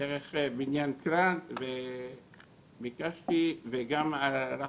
דרך בניין כלל וגם הלכתי